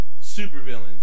Supervillains